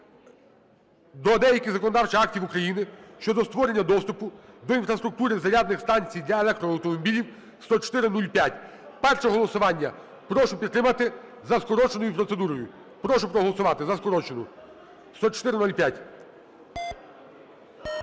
до деяких законодавчих актів України щодо створення доступу до інфраструктури зарядних станцій для електромобілів (10405). Перше голосування: прошу